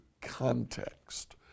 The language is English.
context